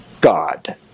God